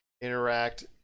interact